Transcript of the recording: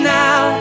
now